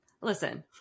listen